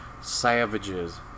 savages